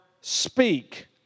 speak